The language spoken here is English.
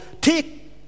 take